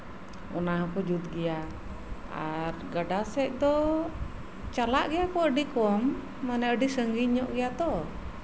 ᱚᱱᱟ ᱦᱚᱸᱠᱚ ᱡᱩᱛ ᱜᱮᱭᱟ ᱜᱟᱰᱟ ᱥᱮᱜ ᱫᱚ ᱪᱟᱞᱟᱜ ᱜᱮᱭᱟ ᱠᱚ ᱟᱹᱰᱤ ᱠᱚᱢ ᱢᱟᱱᱮ ᱟᱹᱰᱤ ᱥᱟᱹᱜᱤᱧᱧᱚᱜ ᱜᱮᱭᱟ ᱛᱚ